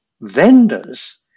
vendors